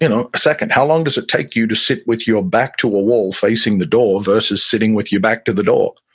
you know a second. how long does it take you to sit with your back to a wall facing the door versus sitting with your back to the door?